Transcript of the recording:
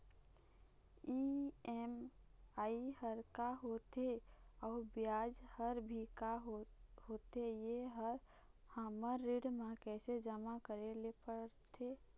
EMI हर का होथे अऊ ब्याज हर भी का होथे ये हर हमर ऋण मा कैसे जमा करे ले पड़ते?